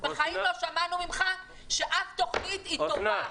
בחיים לא שמענו ממך שאף תוכנית היא טובה.